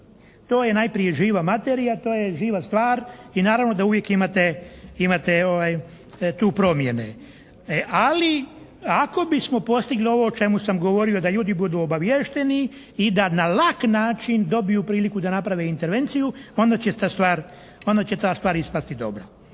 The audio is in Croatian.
To je najprije živa materija, to je živa stvar i naravno da uvijek imate tu promjene. Ali ako bismo postigli ovo o čemu sam govorio da ljudi budu obaviješteni i da na lak način dobiju priliku da naprave intervenciju onda će ta stvar ispasti dobra.